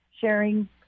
sharing